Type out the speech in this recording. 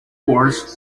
words